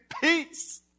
peace